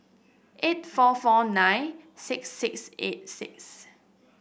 eight four four nine six six eight six